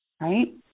right